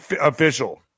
official